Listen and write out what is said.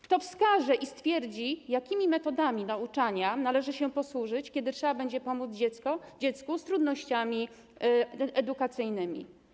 Kto wskaże i stwierdzi, jakimi metodami nauczania należy się posłużyć, kiedy trzeba będzie pomóc dziecku z trudnościami edukacyjnymi?